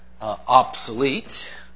obsolete